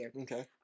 Okay